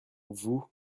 vous